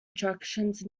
attractions